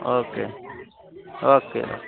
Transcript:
okay okay